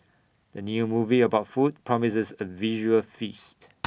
the new movie about food promises A visual feast